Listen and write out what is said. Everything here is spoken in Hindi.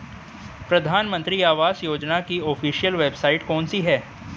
प्रधानमंत्री आवास योजना की ऑफिशियल वेबसाइट कौन सी है?